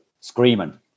screaming